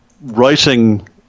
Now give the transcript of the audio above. writing